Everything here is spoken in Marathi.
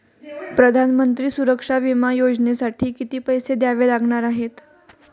प्रधानमंत्री सुरक्षा विमा योजनेसाठी किती पैसे द्यावे लागणार आहेत?